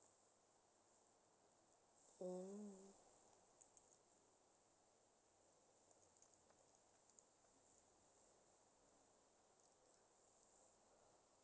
orh